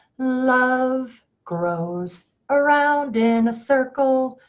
love grows around in a circle,